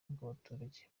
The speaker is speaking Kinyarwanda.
bw’abaturage